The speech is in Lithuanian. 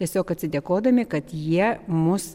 tiesiog atsidėkodami kad jie mus